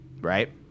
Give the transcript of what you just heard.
right